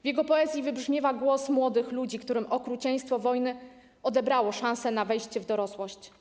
W jego poezji wybrzmiewa głos młodych ludzi, którym okrucieństwo wojny odebrało szansę na wejście w dorosłość.